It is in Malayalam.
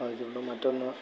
ഇതിലൂടെ മറ്റൊന്ന്